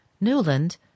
Newland